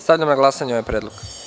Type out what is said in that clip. Stavljam na glasanje ovaj predlog.